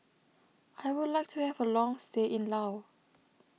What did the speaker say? I would like to have a long stay in Laos